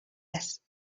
است